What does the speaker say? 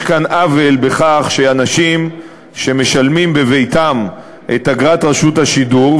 יש כאן עוול בכך שאנשים שמשלמים בביתם את אגרת רשות השידור,